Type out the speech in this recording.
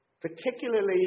Particularly